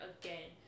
again